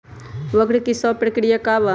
वक्र कि शव प्रकिया वा?